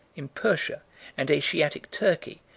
in persia and asiatic turkey,